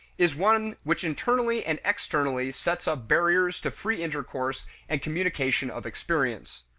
is one which internally and externally sets up barriers to free intercourse and communication of experience.